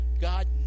God